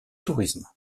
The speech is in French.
tourisme